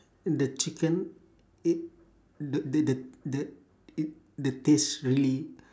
in the chicken it the the the the it the taste really